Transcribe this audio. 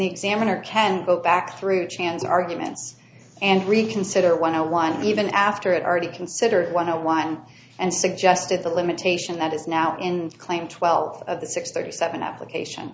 the examiner can go back through chan's arguments and reconsider one o one even after it already considered one a wine and suggested the limitation that is now in claim twelve of the six thirty seven application